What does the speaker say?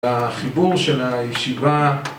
החיבור של הישיבה